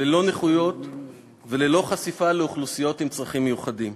ללא נכויות וללא חשיפה לאוכלוסיות עם צרכים מיוחדים.